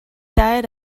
died